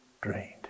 drained